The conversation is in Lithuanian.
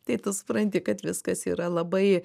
tai tu supranti kad viskas yra labai